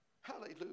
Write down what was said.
hallelujah